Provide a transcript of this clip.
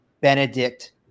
Benedict